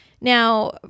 now